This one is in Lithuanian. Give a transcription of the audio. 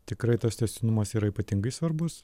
tikrai tas tęstinumas yra ypatingai svarbus